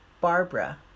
Barbara